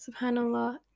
subhanallah